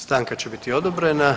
Stanka će biti odobrena.